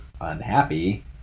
unhappy